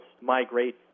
migrate